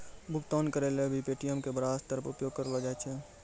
भुगतान करय ल भी पे.टी.एम का बड़ा स्तर पर उपयोग करलो जाय छै